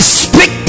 speak